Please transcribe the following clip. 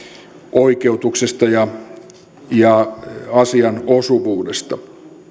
oikeutuksesta ja ja asian osuvuudesta